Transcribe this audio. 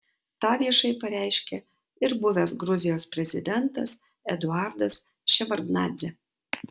tą viešai pareiškė ir buvęs gruzijos prezidentas eduardas ševardnadzė